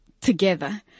together